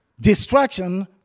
Distraction